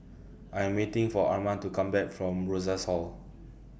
I Am waiting For Arman to Come Back from Rosas Hall